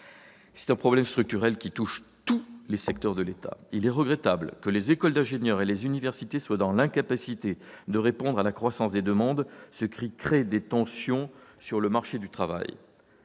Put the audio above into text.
d'un problème structurel, qui touche tous les secteurs de l'État. Il est regrettable que les écoles d'ingénieurs et les universités soient dans l'incapacité de répondre à la croissance des demandes, ce qui crée des tensions sur le marché du travail.